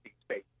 space